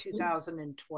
2020